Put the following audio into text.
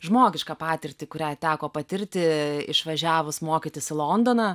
žmogišką patirtį kurią teko patirti išvažiavus mokytis į londoną